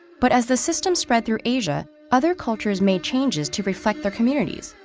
but as the system spread through asia, other cultures made changes to reflect their communities.